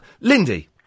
Lindy